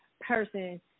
person